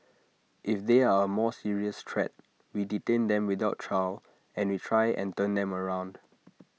if they are A more serious threat we detain them without trial and we try and turn them around